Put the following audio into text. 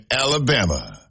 Alabama